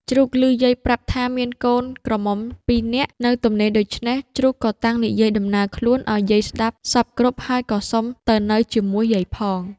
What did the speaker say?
ជ្រូកឮយាយប្រាប់ថា មានកូន ក្រមុំពីរនាក់នៅទំនេរដូច្នេះ ជ្រូកក៏តាំងនិយាយដំណើរខ្លួនឱ្យយាយស្ដាប់សព្វគ្រប់ ហើយក៏សុំទៅនៅជាមួយយាយផង។